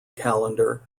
calendar